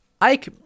Ike